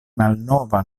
malnova